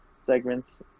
segments